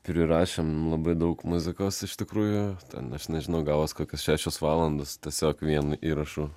prirašėm labai daug muzikos iš tikrųjų ten aš nežinau gavos kokios šešios valandos tiesiog vien įrašu